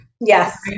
yes